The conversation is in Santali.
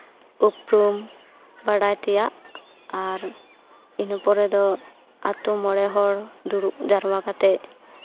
ᱩᱯᱨᱩᱢ ᱵᱟᱲᱟᱭ ᱛᱮᱭᱟᱜ ᱟᱨ ᱤᱱᱟᱹ ᱯᱚᱨᱮ ᱫᱚ ᱟᱹᱛᱩ ᱢᱚᱬᱮ ᱦᱚᱲ ᱫᱩᱲᱩᱵ ᱡᱟᱨᱣᱟ ᱠᱟᱛᱮᱫ